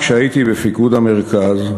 כשהייתי בפיקוד המרכז,